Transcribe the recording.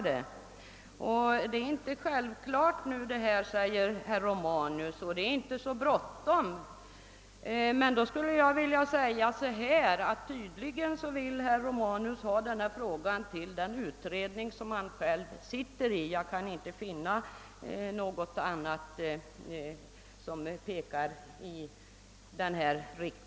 Detta är inte så självklart och inte heller så bråttom, säger herr Romanus. Tydligen vill herr Romanus ha denna fråga till den utredning som han själv sitter i. Jag kan inte förstå något annat.